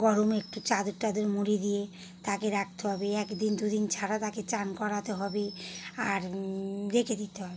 গরম একটু চাদর টাদর মুড়ি দিয়ে তাকে রাখতে হবে এক দিন দু দিন ছাড়া তাকে চান করাতে হবে আর রেখে দিতে হবে